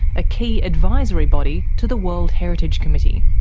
a key advisory body to the world heritage committee.